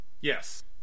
Yes